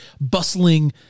bustling